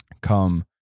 come